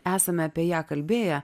esame apie ją kalbėję